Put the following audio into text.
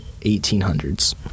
1800s